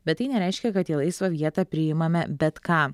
bet tai nereiškia kad į laisvą vietą priimame bet ką